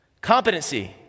Competency